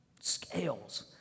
scales